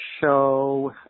show